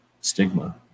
stigma